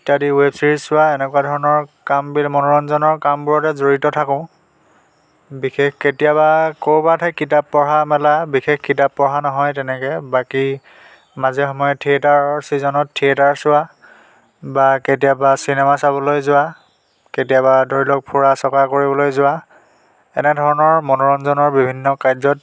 ইত্যাদি web series চোৱা এনেকুৱা ধৰণৰ কামবিলাক মনোৰঞ্জনৰ কামবোৰতে জড়িত থাকোঁ বিশেষ কেতিয়াবা ক'ৰবাতহে কিতাপ পঢ়া মেলা বিশেষ কিতাপ পঢ়া নহয় তেনেকে বাকী মাজে সময়ে থিয়েটাৰৰ চিজনত থিয়েটাৰ চোৱা বা কেতিয়াবা চিনেমা চাবলৈ যোৱা কেতিয়াবা ধৰি লওক ফুৰা চকা কৰিবলৈ যোৱা এনেধৰণৰ মনোৰঞ্জনৰ বিভিন্ন কাৰ্যত